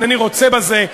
אינני רוצה בזה,